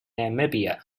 namibia